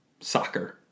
Soccer